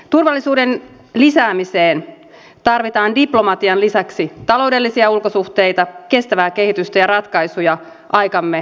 turvallisuuden lisäämiseen tarvitaan diplomatian lisäksi taloudellisia ulkosuhteita kestävää kehitystä ja ratkaisuja aikamme globaaleihin haasteisiin